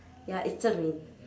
ya it's zhen min